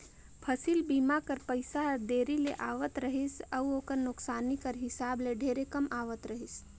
फसिल बीमा कर पइसा हर देरी ले आवत रहिस अउ ओकर नोसकानी कर हिसाब ले ढेरे कम आवत रहिस